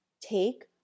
take